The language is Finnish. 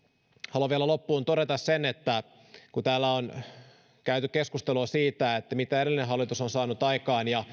haluan vielä loppuun todeta sen että kun täällä on käyty keskustelua siitä mitä edellinen hallitus on saanut aikaan ja